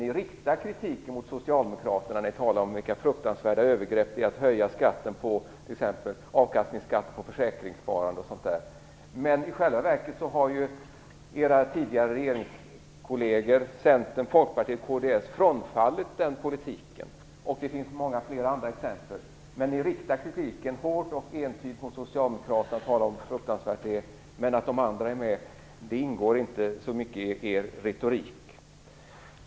Ni riktar kritik mot socialdemokraterna, och ni talar om vilka fruktansvärda övergrepp det är att höja skatten på t.ex. avkastningen på försäkringssparande. Men i själva verket har era tidigare regeringskolleger, Centerpartiet, Folkpartiet och kds, frångått den politiken. Det finns många flera andra exempel. Men ni riktar kritiken hårt och ensidigt mot socialdemokraterna och talar om hur fruktansvärt allt är. Att också de andra partierna är med ingår inte i er retorik.